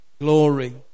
glory